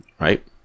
Right